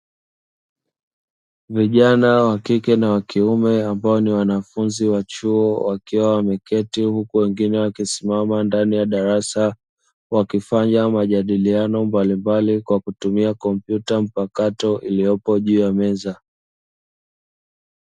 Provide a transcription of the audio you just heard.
Vijana, wakike na wakiume, ambao ni wanafunzi wa chuo, wakiwa wameketi, huku wengine wakisimama ndani ya darasa, wakifanya majadiliano mbalimbali kwa kutumia kompyuta mpakato iliyopo juu ya meza.